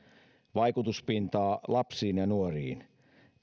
vaikutuspintaa lapsiin ja nuoriin